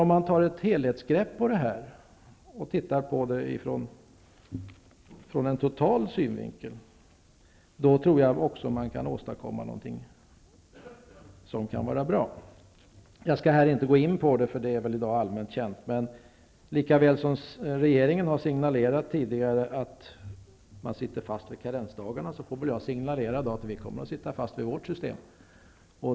Om vi tar ett helhetsgrepp på detta och tittar på problemen från en total synvinkel kan vi nog åstadkomma någonting bra. Jag skall inte gå in på det här. Det är väl allmänt känt i dag. Likaväl som regeringen tidigare har signalerat att den står fast vid karensdagarna, får väl jag signalera att vi kommer att stå fast vid vårt system.